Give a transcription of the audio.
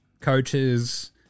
coaches